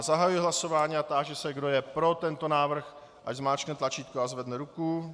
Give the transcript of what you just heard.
Zahajuji hlasování a táži se, kdo je pro tento návrh, ať zmáčkne tlačítko a zvedne ruku.